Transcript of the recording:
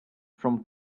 from